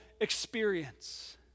experience